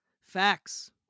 Facts